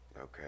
okay